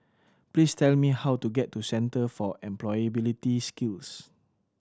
please tell me how to get to Center for Employability Skills